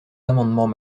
amendements